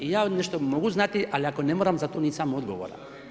I ja nešto mogu znati ali ako ne moram, za to nisam odgovoran.